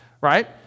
right